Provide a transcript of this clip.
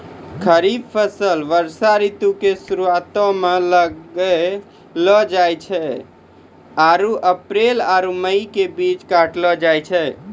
खरीफ फसल वर्षा ऋतु के शुरुआते मे लगैलो जाय छै आरु अप्रैल आरु मई के बीच मे काटलो जाय छै